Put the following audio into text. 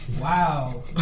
Wow